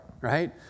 right